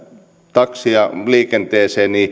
takseja liikenteeseen